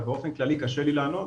אבל באופן כללי קשה לי לענות,